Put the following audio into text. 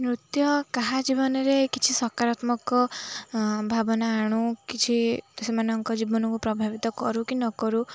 ନୃତ୍ୟ କାହା ଜୀବନରେ କିଛି ସକାରାତ୍ମକ ଭାବନା ଆଣୁ କିଛି ସେମାନଙ୍କ ଜୀବନକୁ ପ୍ରଭାବିତ କରୁ କି ନ କରୁ